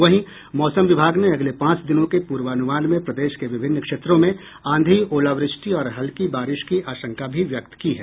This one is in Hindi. वहीं मौसम विभाग ने अगले पांच दिनों के पूर्वानुमान में प्रदेश के विभिन्न क्षेत्रों में आंधी ओलावृष्टि और हल्की बारिश की आशंका भी व्यक्त की है